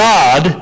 God